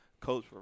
Coach